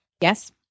Yes